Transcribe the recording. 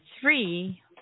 three